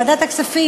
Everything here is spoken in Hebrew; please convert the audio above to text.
ועדת הכספים,